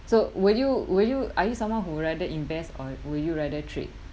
so will you will you are you someone who rather invest or would you rather trade